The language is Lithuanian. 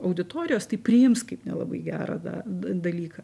auditorijos tai priims kaip nelabai gerą da dalyką